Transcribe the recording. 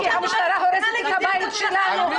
כי המשטרה הורסת את הבית שלנו.